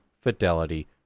fidelity